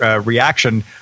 reaction